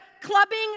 clubbing